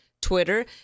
twitter